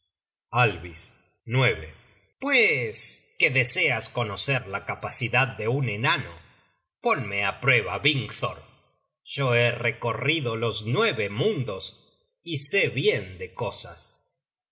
mundos alvis pues que deseas conocer la capacidad de un enano ponme á prueba vingthor yo he recorrido los nueve mundos y sé bien de cosas